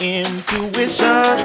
intuition